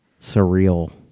surreal